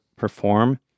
Perform